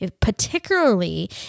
Particularly